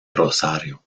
rosario